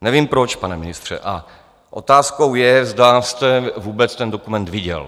Nevím proč, pane ministře, a otázkou je, zda jste vůbec ten dokument viděl.